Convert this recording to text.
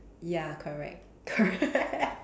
ya correct correct